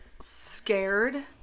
scared